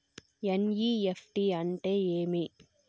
NEFT అంటే ఏమి